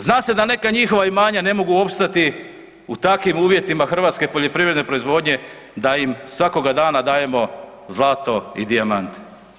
Zna se da neka njihova imanja ne mogu opstati u takvim uvjetima hrvatske poljoprivredne proizvodnje da im svakoga dana dajemo zlato i dijamante.